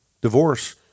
divorce